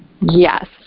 Yes